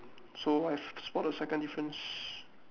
so I have spotted the second difference